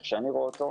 איך שאני רואה אותו,